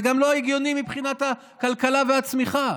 זה גם לא הגיוני מבחינת הכלכלה והצמיחה.